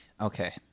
Okay